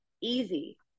easy